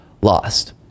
lost